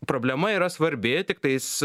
problema yra svarbi tiktais